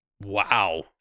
Wow